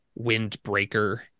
windbreaker